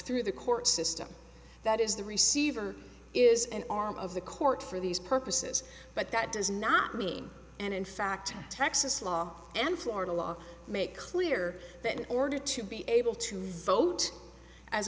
through the court system that is the receiver is an arm of the court for these purposes but that does not mean and in fact texas law and florida law make clear that in order to be able to revote as